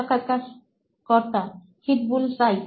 সাক্ষাৎকারকর্তা হিটবুলসআই